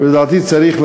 ולדעתי צריך,